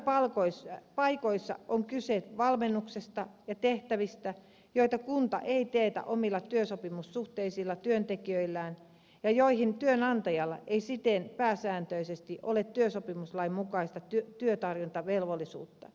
työpajojen paikoissa on kyse valmennuksesta ja tehtävistä joita kunta ei teetä omilla työsopimussuhteisilla työntekijöillään ja joihin työnantajalla ei siten pääsääntöisesti ole työsopimuslain mukaista työntarjontavelvollisuutta